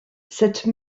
cette